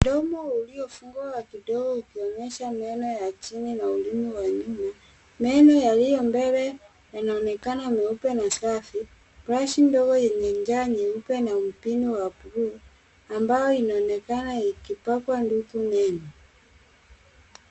Mdomo uliofungua kidogo ukionyesha meno ya chini na ulimi wa nyuma. Meno yaliyo mbele yanaonekana meupe na safi. Brush ndogo yenye ncha nyeupe na mpini wa bluu, ambayo inaonekana ikipakwa ndutu meno.